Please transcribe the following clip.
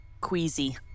Queasy